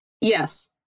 Yes